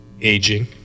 Aging